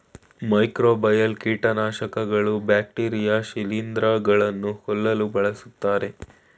microbial ಕೀಟನಾಶಕಗಳು bacteria ಶಿಲಿಂದ್ರ ಗಳನ್ನು ಕೊಲ್ಲಲು ಬಳ್ಸತ್ತರೆ